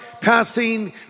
passing